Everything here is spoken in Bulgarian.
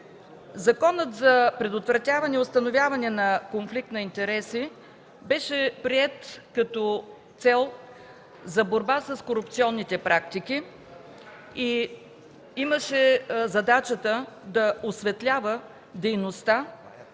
Законът за предотвратяване и установяване на конфликт на интереси беше приет като цел за борба с корупционните практики и имаше задачата да осветлява дейността